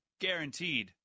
Guaranteed